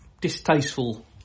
distasteful